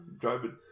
driving